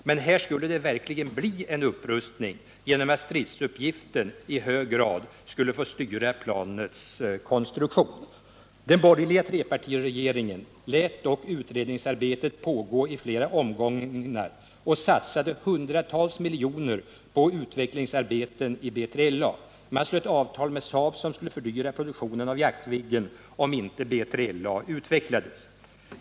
Men här skulle det verkligen bli en upprustning på grund av att stridsuppgiften i hög grad skulle få styra planets konstruktion. Den borgerliga trepartiregeringen lät dock utredningsarbetet pågå i flera omgångar och satsade hundratals miljoner på utvecklingsarbeten i B3LA. Man slöt avtal med Saab som skulle fördyra produktionen av Jaktviggen om inte B3LA utvecklades.